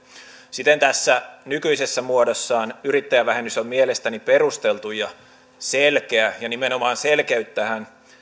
siten tässä nykyisessä muodossaan yrittäjävähennys on mielestäni perusteltu ja selkeä ja nimenomaan selkeyttähän